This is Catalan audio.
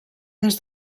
des